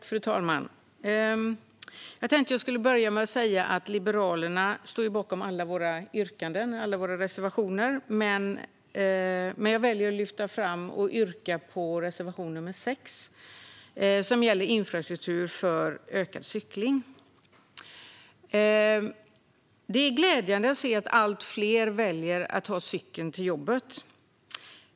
Fru talman! Låt mig börja med att säga att Liberalerna står bakom alla sina yrkanden och reservationer, men jag väljer att lyfta fram och yrka bifall till reservation nr 7 som gäller infrastruktur för ökad cykling. Det är glädjande att allt fler väljer att ta cykeln till jobbet.